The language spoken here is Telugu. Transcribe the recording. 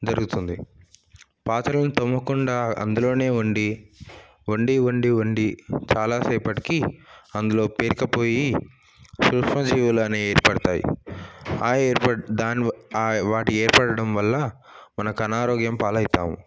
జరుగుతుంది పాత్రలని తోమకుండా అందులోనే వండి వండి వండి వండి చాలాసేపటికి అందులో పేరక పొయ్యి సూక్ష్మజీవులు అనేవి ఏర్పడతాయి ఆ ఏర్పటు ఆ వాటి ఏర్పడటం వల్ల మనకి అనారోగ్యం పాలవుతాము